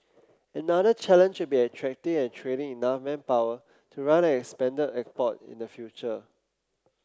another challenge will be attracting and training enough manpower to run an expanded airport in the future